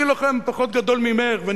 אני לוחם פחות גדול ממך,